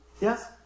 Yes